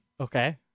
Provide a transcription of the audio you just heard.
Okay